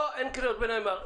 לא, אין קריאות ביניים.